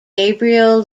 gabriel